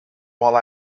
while